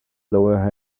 lower